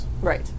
Right